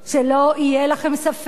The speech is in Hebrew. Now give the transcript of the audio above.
שלא יהיה לכם ספק,